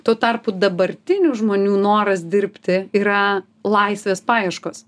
tuo tarpu dabartinių žmonių noras dirbti yra laisvės paieškos